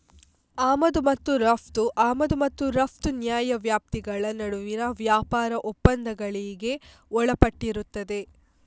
ಆಮದು ಮತ್ತು ರಫ್ತು ಆಮದು ಮತ್ತು ರಫ್ತು ನ್ಯಾಯವ್ಯಾಪ್ತಿಗಳ ನಡುವಿನ ವ್ಯಾಪಾರ ಒಪ್ಪಂದಗಳಿಗೆ ಒಳಪಟ್ಟಿರುತ್ತದೆ